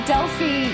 Delphi